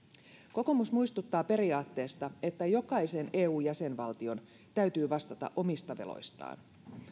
kokoomus muistuttaa periaatteesta että jokaisen eu jäsenvaltion täytyy vastata omista veloistaan